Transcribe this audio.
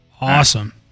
Awesome